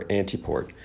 antiport